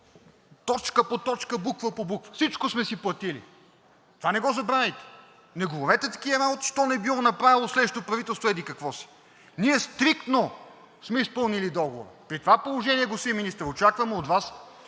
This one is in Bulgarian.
точка по точка, буква по буква, всичко сме си платили. Това не го забравяйте! Не говорете такива работи: що не било направило следващото правителство еди-какво си. Ние стриктно сме изпълнили договора. При това положение, господин Министър, очакваме от Вас,